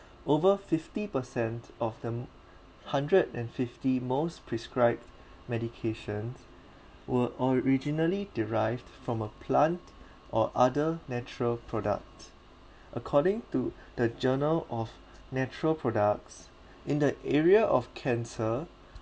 over fifty percent of the mo~ hundred and fifty most prescribed medications were originally derived from a plant or other natural products according to the journal of natural products in the area of cancer